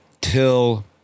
till